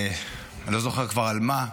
אני כבר לא זוכר על מה.